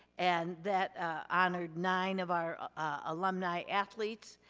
and that honored nine of our alumni athletes,